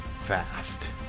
fast